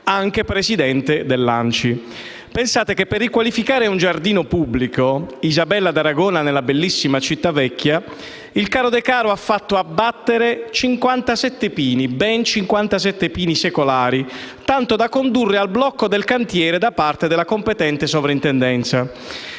comuni italiani (ANCI). Pensate che per riqualificare il giardino pubblico Isabella d'Aragona nella bellissima città vecchia, il caro Decaro ha fatto abbattere ben 57 pini secolari, tanto da condurre al blocco del cantiere da parte della competente Sovrintendenza.